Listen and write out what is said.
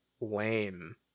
lame